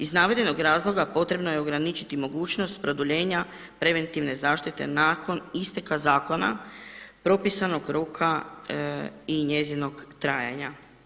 Iz navedenog razloga potrebno je ograničiti mogućnost produljenja preventivne zaštite nakon isteka zakona propisanog roka i njezinog trajanja.